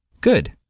Good